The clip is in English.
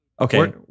Okay